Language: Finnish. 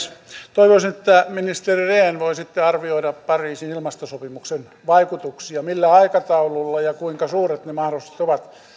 toivoisin ministeri rehn että voisitte arvioida pariisin ilmastosopimuksen vaikutuksia millä aikataululla ja kuinka suuret ne mahdollisesti ovat